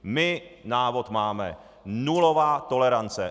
My návod máme: nulová tolerance.